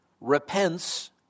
repents